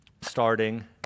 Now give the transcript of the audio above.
starting